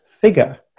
figure